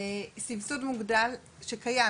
סבסוד מוגדל שקיים,